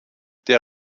der